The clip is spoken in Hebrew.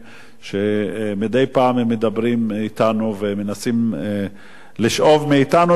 שמדי פעם הם מדברים אתנו ומנסים לשאוב מאתנו את העידוד,